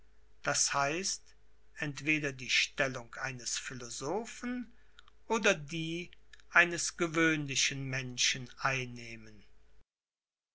d h entweder die stellung eines philosophen oder die eines gewöhnlichen menschen einnehmen